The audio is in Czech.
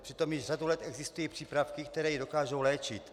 Přitom již řadu let existují přípravky, které ji dokážou léčit.